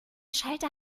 schalter